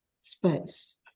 space